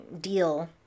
deal